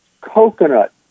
coconut